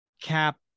Cap